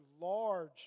large